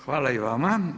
Hvala i vama.